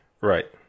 right